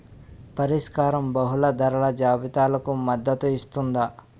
పరిష్కారం బహుళ ధరల జాబితాలకు మద్దతు ఇస్తుందా?